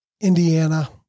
Indiana